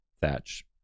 thatch